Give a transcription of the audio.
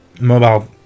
mobile